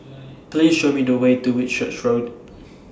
Please Show Me The Way to Whitchurch Road